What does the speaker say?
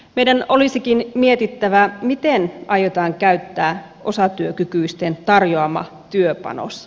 meidän olisikin mietittävä miten aiotaan käyttää osatyökykyisten tarjoama työpanos